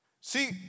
See